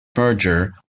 merger